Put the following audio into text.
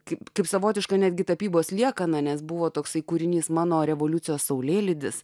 kaip kaip savotiška netgi tapybos liekana nes buvo toksai kūrinys mano revoliucijos saulėlydis